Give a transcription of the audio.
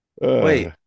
Wait